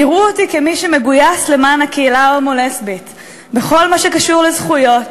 תראו אותי כמי שמגויס למען הקהילה ההומו-לסבית בכל מה שקשור לזכויות,